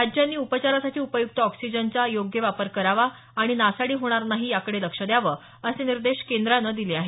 राज्यांनी उपचारासाठी उपयुक्त ऑक्सिजनचा योग्य वापर करावा आणि नासाडी होणार नाही याकडे लक्ष द्यावं असे निर्देश केंद्रानं दिले आहेत